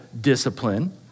discipline